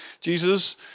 Jesus